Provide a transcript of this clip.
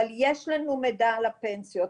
אבל יש לנו מידע על הפנסיות.